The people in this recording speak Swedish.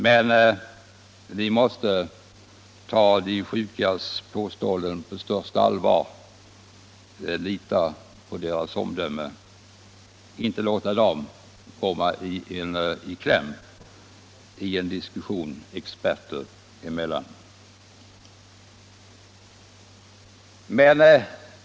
Men vi måste ta de sjukas påståenden med största allvar, lita på deras omdöme, inte låta dem komma i kläm i en diskussion experter emellan.